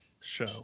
show